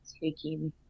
taking